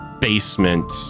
basement